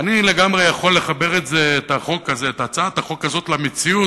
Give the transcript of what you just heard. ואני לגמרי יכול לחבר את הצעת החוק הזאת למציאות,